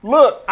Look